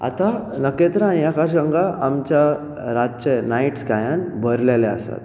आतां नकेत्रां आनी आकाशगंगा आमच्या रातचे नायट स्कायान भरलेले आसात